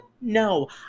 No